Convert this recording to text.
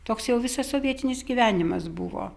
toks jau visas sovietinis gyvenimas buvo